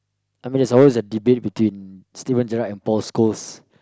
I mean it suppose a debate between Steven-gerrard and Post Coast